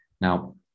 Now